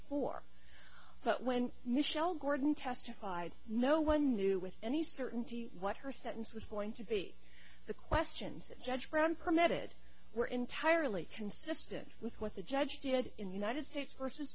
four but when michelle gordon testified no one knew with any certainty what her sentence was going to be the questions that judge brown permitted were entirely consistent with what the judge did in the united states versus